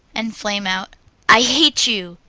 and flame out i hate you!